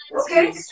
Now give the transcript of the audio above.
Okay